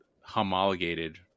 homologated